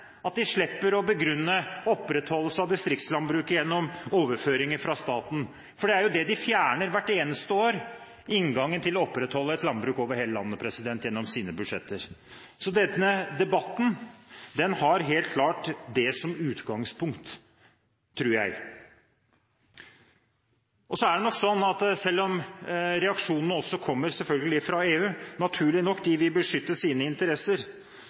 at de slipper å begrunne opprettholdelse av distriktslandbruket gjennom overføringer fra staten. Det er jo det de fjerner gjennom sine budsjetter hvert eneste år – inngangen til å opprettholde et landbruk over hele landet. Denne debatten har helt klart det som utgangspunkt, tror jeg. Selv om reaksjonene selvfølgelig og naturlig nok også kommer fra EU – de vil beskytte sine interesser